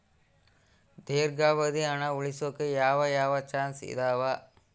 ದೇರ್ಘಾವಧಿ ಹಣ ಉಳಿಸೋಕೆ ಯಾವ ಯಾವ ಚಾಯ್ಸ್ ಇದಾವ?